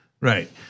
Right